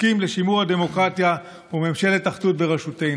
חוקים לשימור הדמוקרטיה וממשלת אחדות בראשותנו.